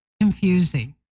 confusing